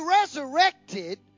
resurrected